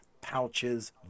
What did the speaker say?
pouches